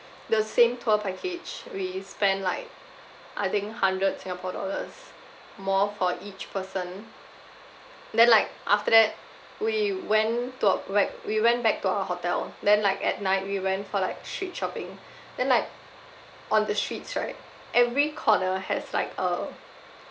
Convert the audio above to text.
the same tour package we spent like I think hundred singapore dollars more for each person then like after that we went to our back we went back to our hotel then like at night we went for like street shopping then like on the streets right every corner has like a